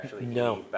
No